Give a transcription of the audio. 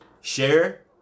Share